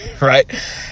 right